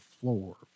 Floor